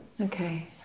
Okay